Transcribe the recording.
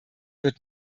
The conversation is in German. wird